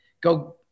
go